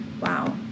Wow